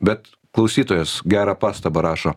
bet klausytojas gerą pastabą rašo